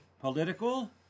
Political